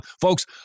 folks